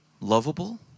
lovable